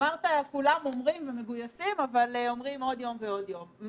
אמרת שכולם אומרים ומגויסים אבל אומרים עוד יום ועוד יום.